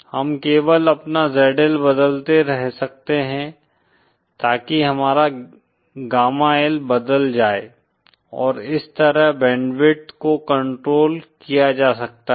हम केवल अपना ZL बदलते रह सकते हैं ताकि हमारा गामा L बदल जाए और इस तरह बैंडविड्थ को कंट्रोल किया जा सकता है